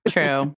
True